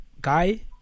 guy